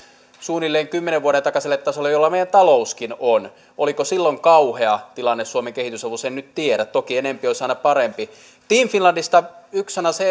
suunnilleen kymmenen vuoden takaiselle tasolle jolla meidän talouskin on oliko silloin kauhea tilanne suomen kehitysavussa en nyt tiedä toki enempi olisi aina parempi team finlandista yksi sana